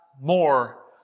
more